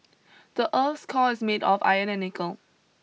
the earth's core is made of iron and nickel